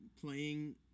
playing